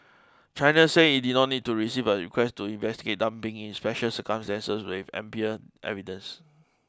China said it did not need to receive a request to investigate dumping in special circumstances with ample evidence